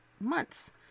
months